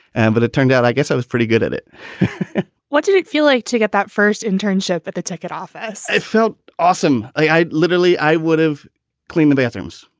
and but it turned out, i guess i was pretty good at it what did it feel like to get that first internship at the ticket office felt awesome. i literally i would have cleaned the bathrooms,